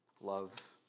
Love